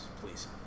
Please